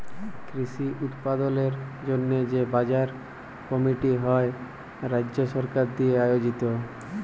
কৃষি উৎপাদলের জন্হে যে বাজার কমিটি হ্যয় রাজ্য সরকার দিয়া আয়জিত